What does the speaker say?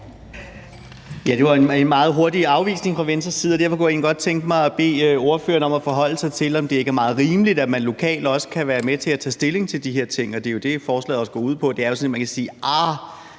Det var en meget hurtig afvisning fra Venstres side, og derfor kunne jeg egentlig godt tænke mig at bede ordføreren om at forholde sig til, om det ikke er meget rimeligt, at man også lokalt kan være med til at tage stilling til de her ting. Det er jo også det, forslaget her går ud på, altså at man kan sige: